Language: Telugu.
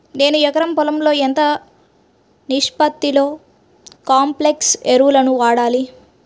నేను ఎకరం పొలంలో ఎంత నిష్పత్తిలో కాంప్లెక్స్ ఎరువులను వాడాలి?